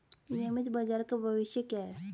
नियमित बाजार का भविष्य क्या है?